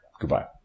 Goodbye